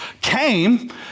came